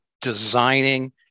designing